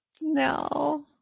no